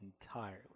entirely